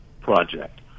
project